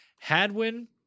Hadwin